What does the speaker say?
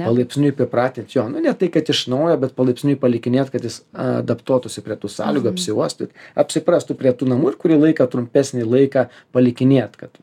palaipsniui pripratint jo nu ne tai kad iš naujo bet palaipsniui palikinėt kad jis adaptuotųsi prie tų sąlygų apsiuostyt apsiprastų prie tų namų ir kurį laiką trumpesnį laiką palikinėt kad